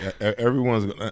Everyone's